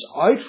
out